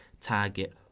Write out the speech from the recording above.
target